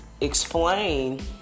explain